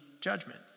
judgment